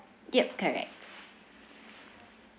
yup correct